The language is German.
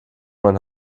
mein